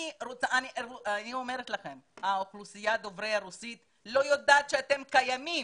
אני אומרת לכם שהאוכלוסייה דוברת רוסית לא יודעת שאתם קיימים.